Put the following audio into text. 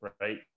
right